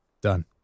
Done